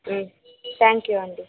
thank you అండి